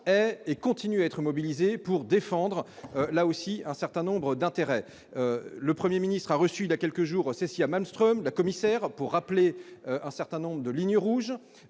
et continuent à être mobilisés pour défendre, là aussi, un certain nombre d'intérêts le 1er ministre a reçu il y a quelques jours, Ossétie à Malmström la commissaire pour rappeler un certain nombre de lignes rouges,